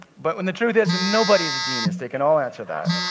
but when the truth is, nobody is a genius. they can all answer that.